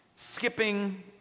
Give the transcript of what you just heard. skipping